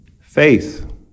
Faith